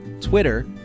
twitter